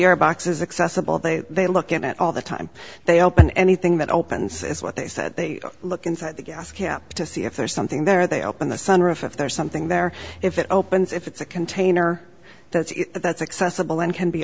air box is accessible they they look at it all the time they open anything that opens it's what they said they look inside the gas cap to see if there's something there they open the sunroof if there's something there if it opens if it's a container that's that's accessible and can be